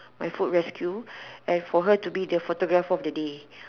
my food rescue and for her to be the photographer of the day